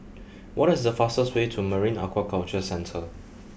what is the fastest way to Marine Aquaculture Centre